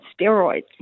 steroids